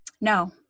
No